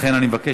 לכן אני מבקש